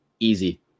Easy